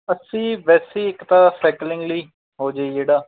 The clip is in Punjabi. ਅਸੀਂ ਵੈਸੇ ਇੱਕ ਤਾਂ ਸਾਈਕਲਿੰਗ ਲਈ ਹੋ ਜਾਵੇ ਜਿਹੜਾ